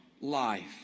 life